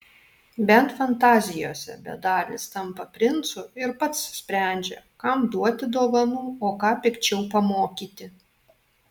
bent fantazijose bedalis tampa princu ir pats sprendžia kam duoti dovanų o ką pikčiau pamokyti